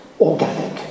organic